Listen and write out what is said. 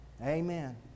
Amen